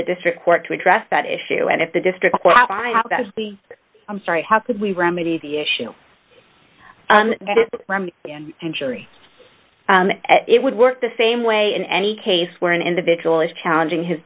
the district court to address that issue and if the district i'm sorry how could we remedy the issue and surely it would work the same way in any case where an individual is challenging his